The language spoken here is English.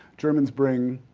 germans bring,